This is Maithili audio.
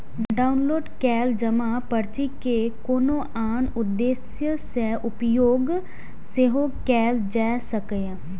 डॉउनलोड कैल जमा पर्ची के कोनो आन उद्देश्य सं उपयोग सेहो कैल जा सकैए